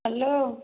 hello